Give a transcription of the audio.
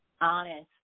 honest